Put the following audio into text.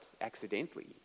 accidentally